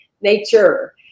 nature